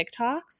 TikToks